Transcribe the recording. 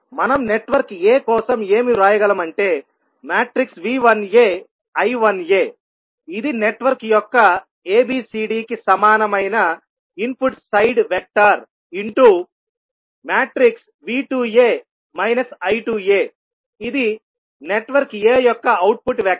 మనం network a కోసం ఏమి వ్రాయగలము అంటే V1a I1a ఇది నెట్వర్క్ యొక్క ABCD కి సమానమైన input side vector into V2a I2a ఇది నెట్వర్క్ a యొక్క అవుట్పుట్ వెక్టర్